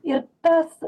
ir tas